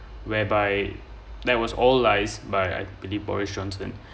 whereby there was all lies but I believe boris johnson